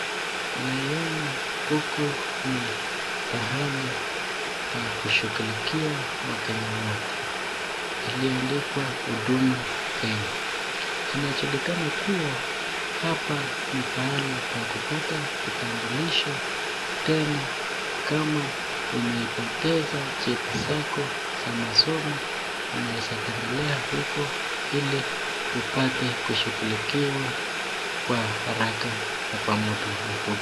Naiona huku ni pahali pa kushughulikia Wakenya wote. Iliandikwa huduma Kenya. Inajulikana kuwa hapa ni pahali pa kupata kitambulisho tena kama umeipoteza cheti zako za masomo unaweza tembelea huko ili upate kushughulikiwa kwa haraka na kwa muda mfupi.